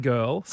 Girl